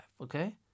okay